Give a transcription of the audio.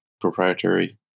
proprietary